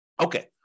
Okay